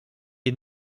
est